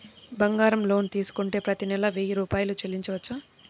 బంగారం లోన్ తీసుకుంటే ప్రతి నెల వెయ్యి రూపాయలు చెల్లించవచ్చా?